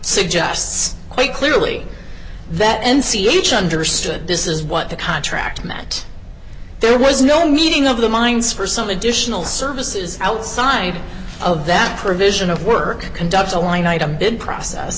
suggests quite clearly that n c each understood this is what the contract meant there was no meeting of the minds for some additional services outside of that provision of work conduct a line item bid process